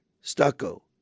stucco